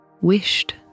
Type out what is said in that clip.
wished